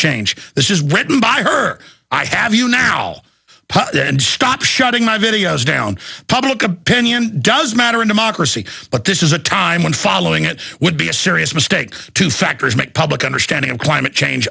change this is written by her i have you now stop shutting my videos down public opinion does matter in democracy but this is a time when following it would be a serious mistake to factors make public understanding of climate change